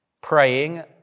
praying